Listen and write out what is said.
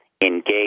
engage